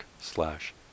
slash